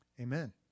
amen